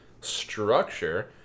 structure